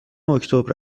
اکتبر